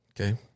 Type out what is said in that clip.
Okay